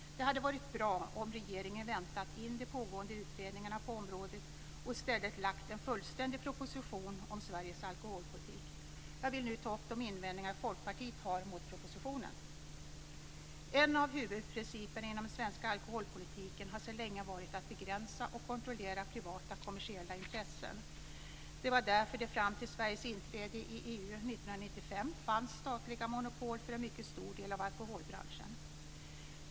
Det hade varit bra om regeringen väntat in de pågående utredningarna på området och i stället lagt fram en fullständig proposition om Sveriges alkoholpolitik. Jag vill nu ta upp de invändningar som Folkpartiet har mot propositionen. En av huvudprinciperna inom den svenska alkoholpolitiken har sedan länge varit att begränsa och kontrollera privata kommersiella intressen. Det var därför det fram till Sveriges inträde i EU år 1995 fanns statliga monopol för en mycket stor del av alkoholbranschen.